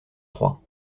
trois